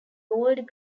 old